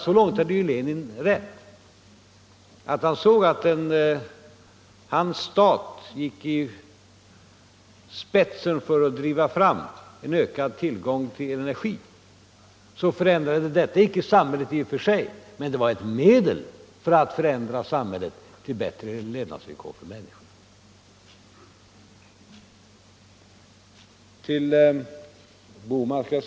Så långt hade ju Lenin rätt att han ansåg att om en stat gick i spetsen för att driva fram en ökad tillgång till energi förändrade detta inte samhället i och för sig, men det var ett medel för att förändra samhället så att bättre levnadsvillkor skapades för människorna.